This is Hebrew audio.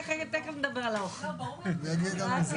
אני רוצה